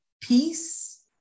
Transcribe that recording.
peace